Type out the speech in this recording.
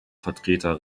vertreter